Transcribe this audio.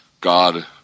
God